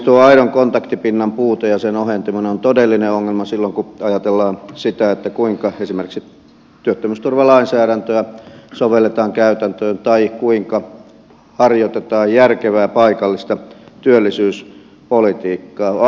tuo aidon kontaktipinnan puute ja sen ohentuminen on todellinen ongelma silloin kun ajatellaan sitä kuinka esimerkiksi työttömyysturvalainsäädäntöä sovelletaan käytäntöön tai kuinka harjoitetaan järkevää paikallista työllisyyspolitiikkaa